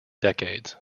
decades